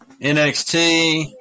NXT